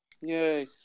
Yay